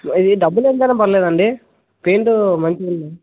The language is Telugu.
ఇది డబ్బులు ఎంతైనా పర్లేదండి పెయింటు మంచిగా ఉండాలి